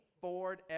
Ford